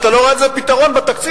אתה לא רואה את הפתרון בתקציב.